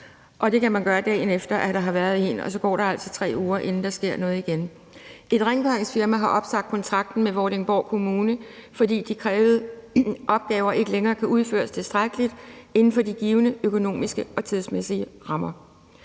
det sker, dagen efter der har været nogen, og så går der altså 3 uger, inden der sker noget igen. Et rengøringsfirma har opsagt kontrakten med Vordingborg Kommune, fordi de krævede opgaver ikke længere kan udføres tilstrækkeligt inden for de givne økonomiske og tidsmæssige rammer.